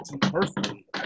Personally